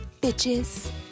bitches